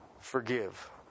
forgive